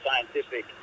scientific